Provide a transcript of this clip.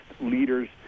leaders